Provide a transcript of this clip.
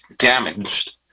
damaged